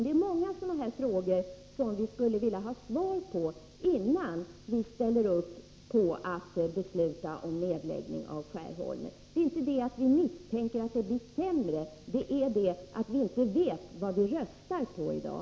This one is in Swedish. Det är många sådana frågor som vi skulle vilja ha svar på innan vi ställer upp när det gäller att besluta om nedläggning av försöksverksamheten vid Skärholmens gymnasium. Det beror inte på att vi misstänker att det skulle kunna bli sämre, utan på att vi inte vet vad vi röstar på i dag.